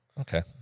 okay